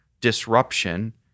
disruption